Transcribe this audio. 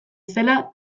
zela